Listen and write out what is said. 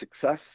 success